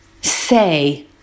say